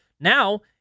Now